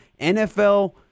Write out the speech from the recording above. NFL